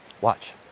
Watch